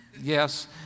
yes